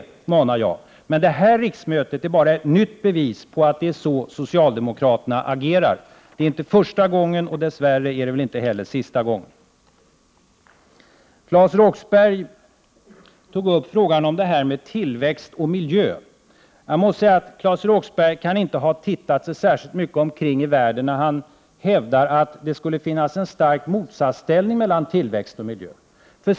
manar jag. Men det här riksmötet är bara ett nytt bevis på att det är så socialdemokraterna agerar. Det är inte första gången, och dess värre är det väl inte heller sista gången. Claes Roxbergh tog upp frågan om tillväxt och miljö. Jag måste säga att Claes Roxbergh inte kan ha tittat sig särskilt mycket omkring i världen, när han hävdar att det skulle finnas ett starkt motsatsförhållande mellan tillväxt och miljö.